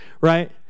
right